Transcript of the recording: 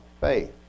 faith